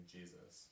Jesus